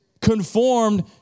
conformed